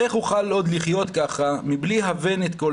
/ איך אוכל עוד לחיות ככה / מבלי הבן את כל